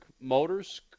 motors